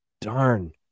darn